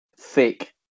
Thick